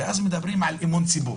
ואז מדברים על אמון הציבור.